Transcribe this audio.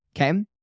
Okay